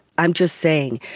i'm just saying,